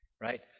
Right